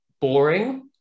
boring